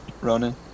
Ronan